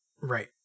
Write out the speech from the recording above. Right